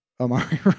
Amari